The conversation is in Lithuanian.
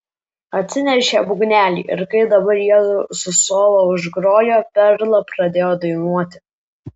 atsinešė būgnelį ir kai dabar jiedu su solo užgrojo perla pradėjo dainuoti